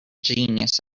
genius